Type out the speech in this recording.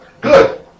Good